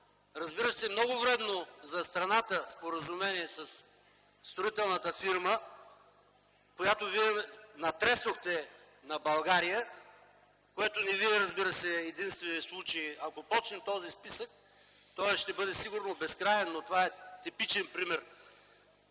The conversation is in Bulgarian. разбира се, много вредно за страната споразумение със строителната фирма, която вие натресохте на България, което не ви е, разбира се, единствен случай. Ако започнем този списък, той ще бъде безкраен, но това е типичен пример,